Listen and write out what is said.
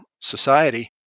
society